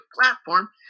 platform